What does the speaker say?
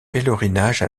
pèlerinage